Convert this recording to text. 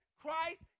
Christ